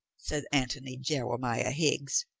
said antony jewemiah higg-s,